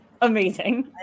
Amazing